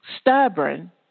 stubborn